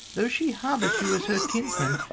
though she harbours you as her kins-man,